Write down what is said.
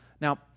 Now